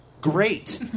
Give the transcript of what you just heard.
great